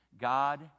God